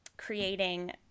creating